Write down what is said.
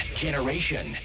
generation